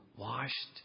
Washed